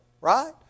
right